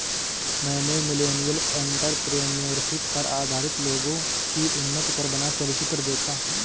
मैंने millennial entrepreneurship पर आधारित लोगो की उन्नति पर बना चलचित्र देखा